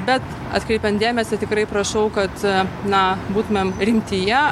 bet atkreipiant dėmesį tikrai prašau kad na būtumėm rimtyje